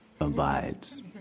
abides